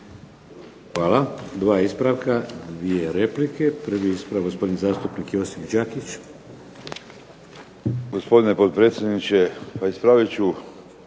Hvala. 2 ispravka, 2 replike. Prvi ispravak, gospodin zastupnik Josip Đakić.